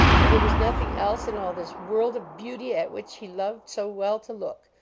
why, there was nothing else in all this world of beauty at which he loved so well to look.